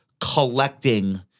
collecting